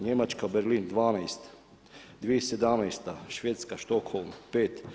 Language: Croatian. Njemačka, Berlin – 12. 2017. – Švedska, Štokholm -5.